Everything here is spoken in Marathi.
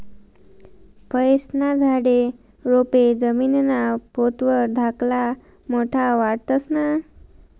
फयेस्ना झाडे, रोपे जमीनना पोत वर धाकला मोठा वाढतंस ना?